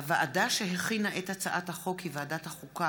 הוועדה שהכינה את הצעת החוק היא ועדת החוקה,